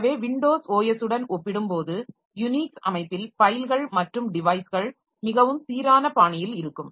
எனவே Windows OS உடன் ஒப்பிடும்போது யுனிக்ஸ் அமைப்பில் ஃபைல்கள் மற்றும் டிவைஸ்கள் மிகவும் சீரான பாணியில் இருக்கும்